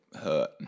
hurt